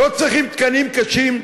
לא צריכים תקנים קשים,